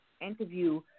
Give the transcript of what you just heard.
interview